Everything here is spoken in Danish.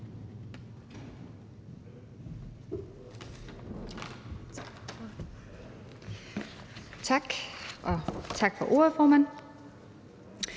(RV): Tak for ordet, formand.